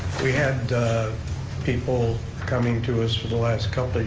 we had people coming to us for the last couple,